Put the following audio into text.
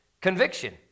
conviction